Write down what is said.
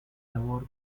labor